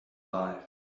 life